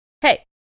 Hey